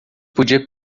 podia